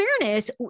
fairness